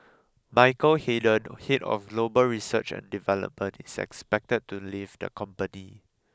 Michael Hayden head of global research and development is expected to leave the company